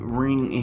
ring